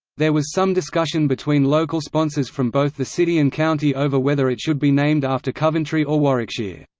there was some discussion between local sponsors from both the city and county over whether it should be named after coventry or warwickshire.